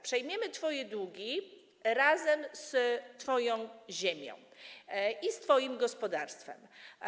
Przejmiemy twoje długi razem z twoją ziemią i z twoim gospodarstwem.